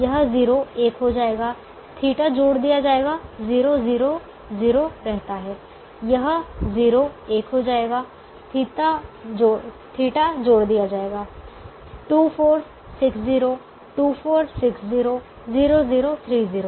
यह 0 एक हो जाएगा θ जोड़ दिया जाएगा 0 0 0 रहता है यह 0 एक हो जाएगा θ जोड़ दिया जाएगा 2 4 6 0 2 4 6 0 0 0 3 0